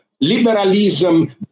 liberalism